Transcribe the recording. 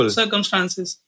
circumstances